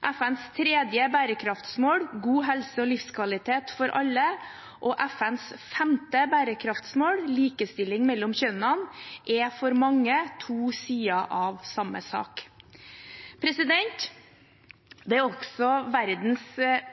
FNs tredje bærekraftsmål, god helse og livskvalitet for alle, og FNs femte bærekraftsmål, likestilling mellom kjønnene, er for mange to sider av samme sak. Det er også verdens